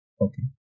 Okay